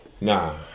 Nah